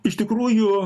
iš tikrųjų